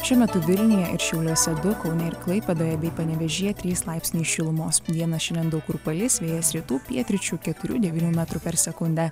šiuo metu vilniuje šiauliuose kaune ir klaipėdoje bei panevėžyje trys laipsniai šilumos dieną šiandien daug kur palis vėjas rytų pietryčių keturių devynių metrų per sekundę